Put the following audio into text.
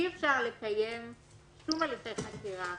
שאי-אפשר לקיים שום הליכי החקירה